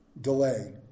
delay